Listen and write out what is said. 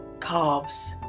calves